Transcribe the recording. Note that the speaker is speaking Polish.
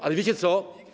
Ale wiecie co?